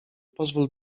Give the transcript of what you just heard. pozwól